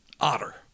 otter